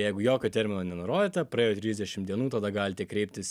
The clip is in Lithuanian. jeigu jokio termino nenurodyta praėjo trisdešim dienų tada galite kreiptis